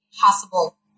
possible